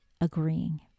agreeing